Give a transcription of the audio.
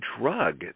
drug